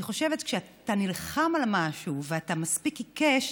אני חושבת שכשאתה נלחם על משהו ואתה מספיק עיקש,